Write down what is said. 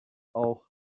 auch